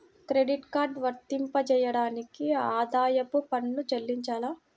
Credit card వర్తింపజేయడానికి ఆదాయపు పన్ను చెల్లించాలా?